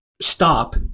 stop